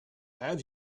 have